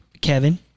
Kevin